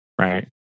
Right